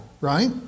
right